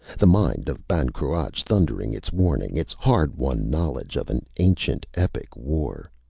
the mind of ban cruach thundering its warning, its hard-won knowledge of an ancient, epic war.